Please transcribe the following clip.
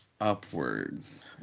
upwards